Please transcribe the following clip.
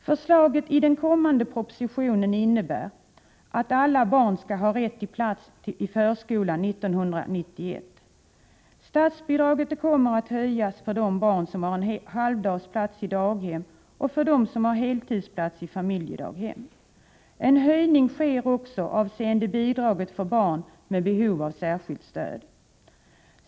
Förslaget i den kommande propositionen innebär att alla barn skall ha rätt till en plats i förskola 1991. Statsbidraget kommer att höjas för de barn som har en halvdagsplats i daghem och för dem som har en heltidsplats i familjedaghem. En höjning sker också av bidraget till barn med behov av särskilt stöd.